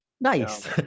nice